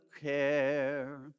care